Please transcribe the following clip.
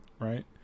Right